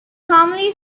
commonly